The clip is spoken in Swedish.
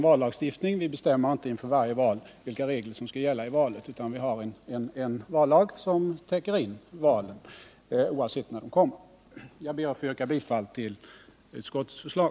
Vi bestämmer inte före varje val vilka regler som skall gälla utan har en vallag som täcker in valet oavsett när det kommer. Jag ber att få yrka bifall till utskottets förslag.